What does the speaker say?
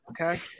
okay